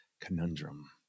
conundrum